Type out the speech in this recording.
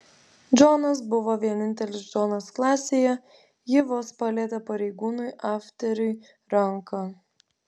džonas buvo vienintelis džonas klasėje ji vos palietė pareigūnui afteriui ranką